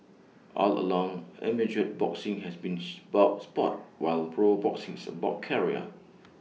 all along amateur boxing has been spout Sport while pro boxing is about career